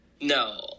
No